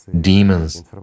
demons